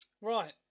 Right